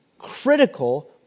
critical